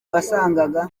wasangaga